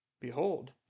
Behold